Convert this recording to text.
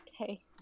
Okay